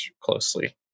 closely